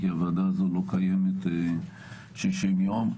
כי הוועדה הזאת לא קיימת 60 יום.